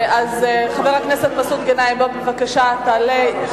חבר הכנסת גנאים, בבקשה, תעלה.